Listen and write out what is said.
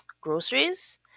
groceries